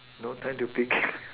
no time to pick